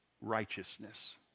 righteousness